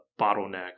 bottleneck